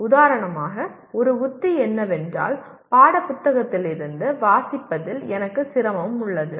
உதாரணமாக ஒரு உத்தி என்னவென்றால் பாடப்புத்தகத்திலிருந்து வாசிப்பதில் எனக்கு சிரமம் உள்ளது